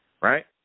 right